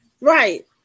Right